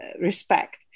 respect